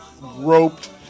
roped